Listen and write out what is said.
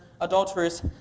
adulterers